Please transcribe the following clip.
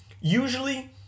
Usually